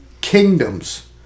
kingdoms